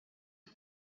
uru